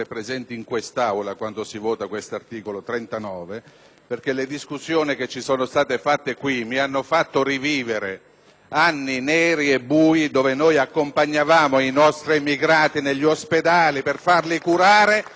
anni neri e bui, quando noi accompagnavamo i nostri emigrati negli ospedali per farli curare e quando accompagnavamo i nostri bimbi nelle scuole! *(Applausi dal Gruppo PD)*. Questo lavoro ha fatto anche la ricchezza del Nord-Est.